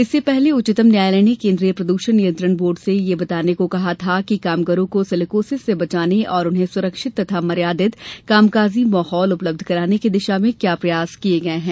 इससे पहले उच्चतम न्यायालय ने केन्द्रीय प्रदूषण नियंत्रण बोर्ड से यह बताने को कहा था कि कामगारों को सिलिकोसिस से बचाने और उन्हें सुरक्षित तथा मर्यादित कामकाजी माहौल उपलब्ध कराने की दिशा में क्या प्रयास किए गए हैं